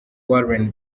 warren